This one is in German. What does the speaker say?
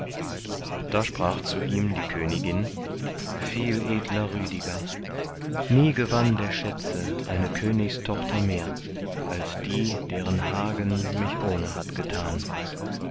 da sprach zu ihm die königin viel edler rüdiger nie gewann der schätze eine königstochter mehr als die deren hagen mich ohne hat getan